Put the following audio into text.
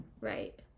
Right